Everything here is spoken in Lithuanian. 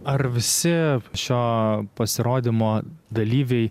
ar visi šio pasirodymo dalyviai